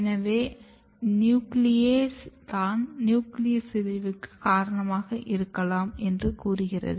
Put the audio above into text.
எனவே நியூக்ளியேஸ் தான் நியூக்ளியஸ் சிதைவுக்கு காரணமாக இருக்கலாம் என்று கூறுகிறது